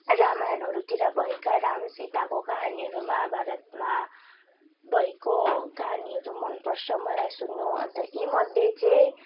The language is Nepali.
रामायणहरूतिर भएका राम सीताको कहानीहरू महाभारतमा भएको कहानीहरू मन पर्छ मलाई सुन्नु अन्त यी मध्ये चाहिँ